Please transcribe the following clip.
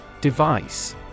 Device